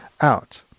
out